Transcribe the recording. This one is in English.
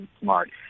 smart